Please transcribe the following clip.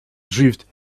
drift